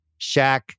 Shaq